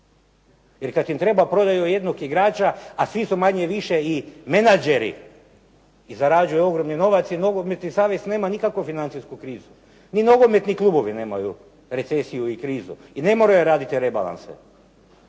jer kad im treba prodaju jednog igrača, a svi su manje-više i menadžeri i zarađuju ogromni novac i nogometni savez nema nikakvu financijsku krizu. Ni nogometni klubovi nemaju recesiju i krizu i ne moraju raditi rebalanse.